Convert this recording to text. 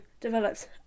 develops